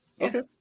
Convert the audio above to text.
Okay